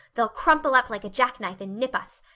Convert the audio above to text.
they'll crumple up like a jack-knife and nip us.